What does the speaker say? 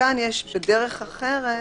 וכאן יש בדרך אחרת